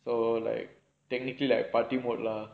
so like technically like party mood lah